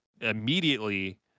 immediately